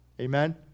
Amen